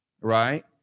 Right